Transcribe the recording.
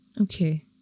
Okay